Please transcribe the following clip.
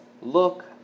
look